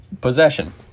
possession